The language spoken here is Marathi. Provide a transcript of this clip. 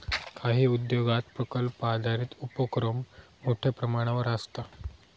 काही उद्योगांत प्रकल्प आधारित उपोक्रम मोठ्यो प्रमाणावर आसता